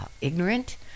ignorant